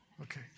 Okay